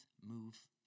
move